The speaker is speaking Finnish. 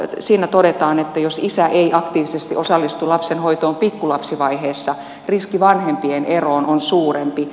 siinä todetaan että jos isä ei aktiivisesti osallistu lapsenhoitoon pikkulapsivaiheessa riski vanhempien eroon on suurempi